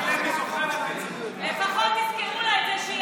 אני מדבר על 2011. לפחות תזכרו לה את זה,